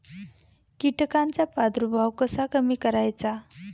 कीटकांचा प्रादुर्भाव कसा कमी करायचा?